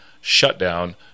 shutdown